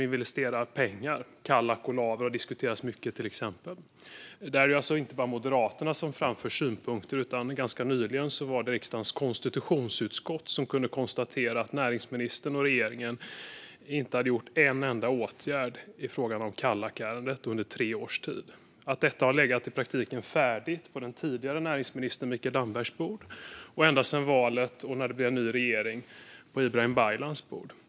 Till exempel har Kallak och Laver diskuterats mycket. Det är inte bara Moderaterna som framför synpunkter, utan ganska nyligen kunde riksdagens konstitutionsutskott konstatera att näringsministern och regeringen inte hade gjort en enda åtgärd i fråga om Kallakärendet under tre års tid och att detta har legat i praktiken färdigt på den tidigare näringsministern Mikael Dambergs bord och ända sedan efter valet, när det blev en ny regering, på Ibrahim Baylans bord.